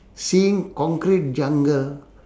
seeing concrete jungle